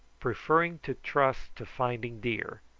preferring to trust to finding deer,